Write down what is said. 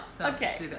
okay